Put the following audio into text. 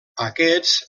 aquests